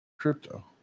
crypto